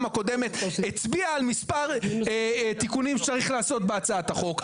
הקודמת הצביע על מספר תיקונים שצריך לעשות בהצעת החוק,